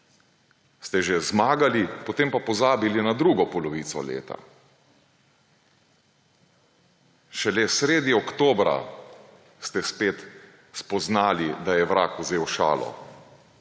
ste že zmagali, potem pa pozabili na drugo polovico leta. Šele sredi oktobra ste spet spoznali, da je vrag vzel šalo